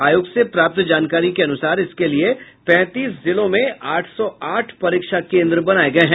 आयोग से प्राप्त जानकारी के अनुसार इसके लिए पैंतीस जिलों में आठ सौ आठ परीक्षा केन्द्र बनाये गये हैं